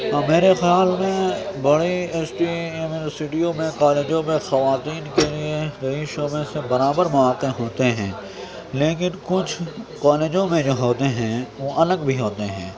میرے خیال میں بڑی یونیورسٹیوں میں کالجوں میں خواتین کے لیے دیہی شعبے سے برابر مواقع ہوتے ہیں لیکن کچھ کالجوں میں جو ہوتے ہیں وہ الگ بھی ہوتے ہیں